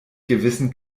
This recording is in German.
gewissen